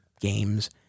games